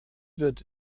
wird